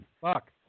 Fuck